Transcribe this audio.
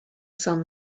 sun